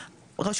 את הכספים האלה,